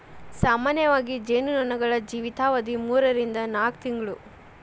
ಸಾಮಾನ್ಯವಾಗಿ ಜೇನು ನೊಣಗಳ ಜೇವಿತಾವಧಿ ಮೂರರಿಂದ ನಾಕ ತಿಂಗಳು